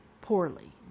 poorly